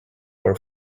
were